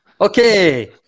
Okay